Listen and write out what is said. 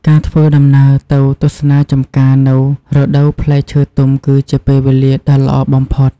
ការធ្វើដំណើរទៅទស្សនាចម្ការនៅរដូវផ្លែឈើទុំគឺជាពេលវេលាដ៏ល្អបំផុត។